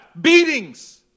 Beatings